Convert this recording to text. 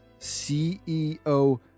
CEO